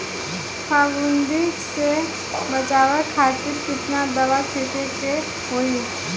फाफूंदी से बचाव खातिर केतना दावा छीड़के के होई?